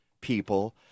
people